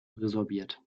resorbiert